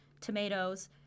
tomatoes